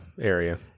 area